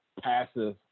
passive